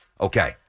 Okay